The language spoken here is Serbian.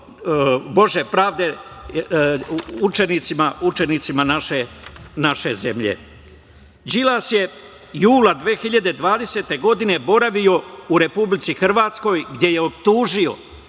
„Bože pravde“ učenicima naše zemlje. Đilas je jula 2020. godine boravio u Republici Hrvatskoj, gde je optužio